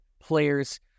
players